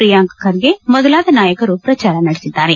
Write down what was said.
ಪ್ರಿಯಾಂಕ ಖರ್ಗೆ ಮೊದಲಾದ ನಾಯಕರು ಪ್ರಚಾರ ನಡೆಸಿದ್ದಾರೆ